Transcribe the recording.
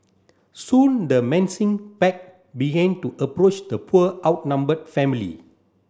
soon the pack began to approach the poor outnumbered family